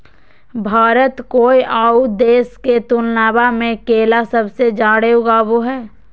भारत कोय आउ देश के तुलनबा में केला सबसे जाड़े उगाबो हइ